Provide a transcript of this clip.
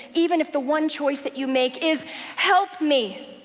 even if the one choice that you make is help me.